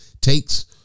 takes